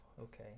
okay